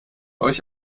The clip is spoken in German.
euch